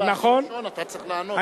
אתה צריך לענות.